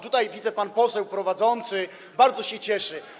Tutaj widzę, że pan poseł prowadzący bardzo się cieszy.